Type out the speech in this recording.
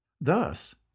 Thus